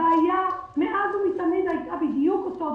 הבעיה מאז ומתמיד הייתה בדיוק אותו דבר.